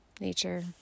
nature